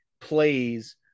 plays